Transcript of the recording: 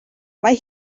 mae